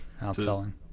Outselling